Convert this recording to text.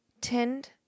tend